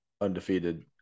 undefeated